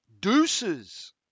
Deuces